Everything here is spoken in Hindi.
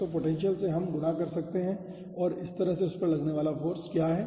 तो पोटेंशियल से हम गणना कर सकते हैं कि इस तरह से उस पर लगने वाला फ़ोर्स क्या है